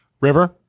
River